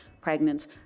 pregnant